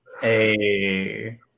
Hey